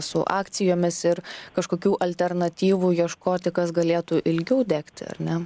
su akcijomis ir kažkokių alternatyvų ieškoti kas galėtų ilgiau degti ar ne